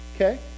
Okay